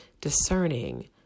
discerning